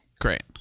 Great